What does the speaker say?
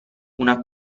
una